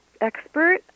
expert